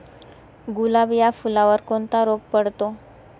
गुलाब या फुलावर कोणता रोग पडतो?